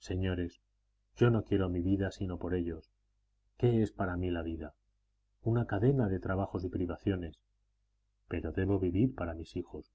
señores yo no quiero mi vida sino por ellos qué es para mí la vida una cadena de trabajos y privaciones pero debo vivir para mis hijos